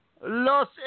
Los